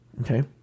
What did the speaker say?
Okay